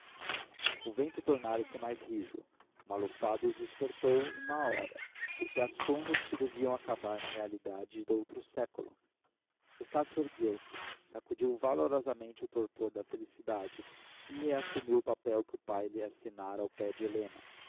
o vento tornara-se mais rijo uma lufada os despertou em má hora porque há sonhos que deviam acabar na realidade do outro século estácio ergueu-se sacudiu valorosamente o torpor da felicidade e reassumiu o papel que o pai lhe assinara ao pé de helena